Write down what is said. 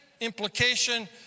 implication